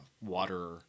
water